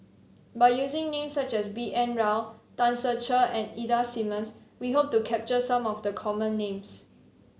by using names such as B N Rao Tan Ser Cher and Ida Simmons we hope to capture some of the common names